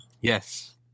Yes